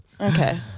Okay